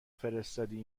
فرستادی